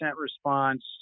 response